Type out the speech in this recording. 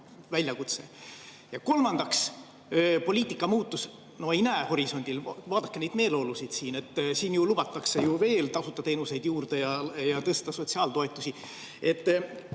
Kolmandaks, poliitika muutus – no ei näe horisondil. Vaadake neid meeleolusid siin. Siin ju lubatakse veel tasuta teenuseid juurde ja tõsta sotsiaaltoetusi.